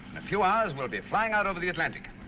a few hours we'll be flying out over the atlantic.